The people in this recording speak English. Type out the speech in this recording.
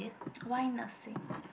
why nursing